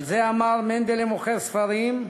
על זה אמר מנדלי מוכר ספרים: